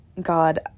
God